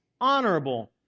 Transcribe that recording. honorable